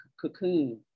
cocoon